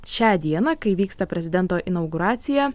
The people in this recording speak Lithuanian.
šią dieną kai vyksta prezidento inauguracija